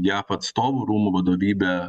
jav atstovų rūmų vadovybė